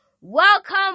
Welcome